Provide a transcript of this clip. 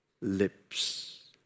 lips